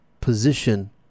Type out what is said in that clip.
position